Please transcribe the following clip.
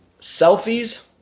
selfies